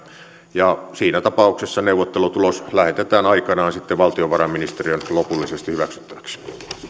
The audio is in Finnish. siinä tapauksessa neuvottelutulos lähetetään aikanaan sitten valtiovarainministeriön lopullisesti hyväksyttäväksi